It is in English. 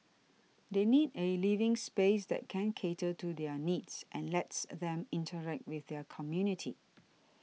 they need a living space that can cater to their needs and lets a them interact with their community